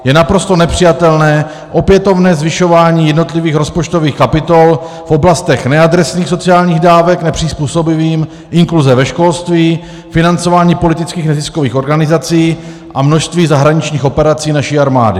Je naprosto nepřijatelné opětovné zvyšování jednotlivých rozpočtových kapitol v oblasti neadresných sociálních dávek nepřizpůsobivým, inkluze ve školství, financování politických neziskových organizací a množství zahraničních operací naší armády.